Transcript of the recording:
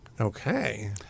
Okay